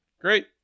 Great